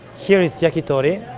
here is yakitori,